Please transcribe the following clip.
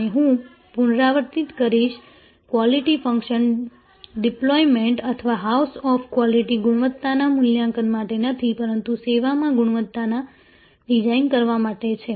અને હું પુનરાવર્તિત કરીશ ક્વોલિટી ફંક્શન ડિપ્લોયમેન્ટ અથવા હાઉસ ઓફ ક્વોલિટી ગુણવત્તાના મૂલ્યાંકન માટે નથી પરંતુ સેવામાં ગુણવત્તા ડિઝાઇન કરવા માટે છે